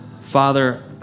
Father